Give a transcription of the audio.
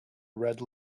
red